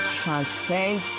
transcend